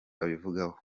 abivugaho